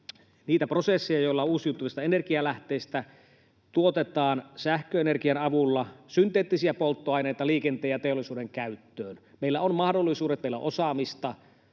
niitä prosesseja, joilla uusiutuvista energialähteistä tuotetaan sähköenergian avulla synteettisiä polttoaineita liikenteen ja teollisuuden käyttöön. Meillä on mahdollisuudet, meillä on osaamista,